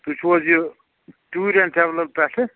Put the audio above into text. تُہۍ چھُو حظ یہِ ٹیٛوٗر ایٚنٛڈ ٹرٛاولہٕ پٮ۪ٹھٕ